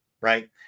right